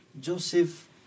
Joseph